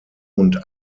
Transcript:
und